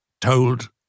told